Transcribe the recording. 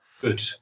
good